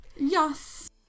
Yes